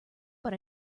but